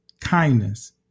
kindness